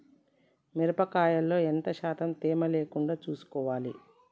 మిరప కాయల్లో ఎంత శాతం తేమ లేకుండా చూసుకోవాలి?